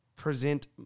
present